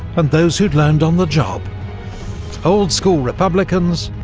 and those who'd learned on the job old school republicans,